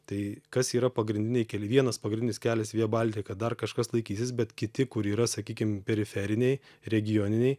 tai kas yra pagrindiniai keliai vienas pagrindinis kelias via baltica dar kažkas laikysis bet kiti kur yra sakykim periferiniai regioniniai